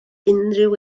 unrhyw